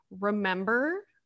remember